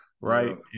right